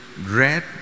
red